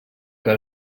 que